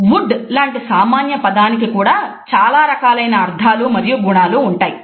'would' లాంటీ సామాన్య పదానికి కూడా చాలా రకములైన అర్థాలు మరియు గుణాలు ఉంటాయి